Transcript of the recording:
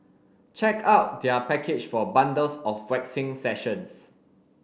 check out their package for bundles of waxing sessions